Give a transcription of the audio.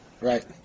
right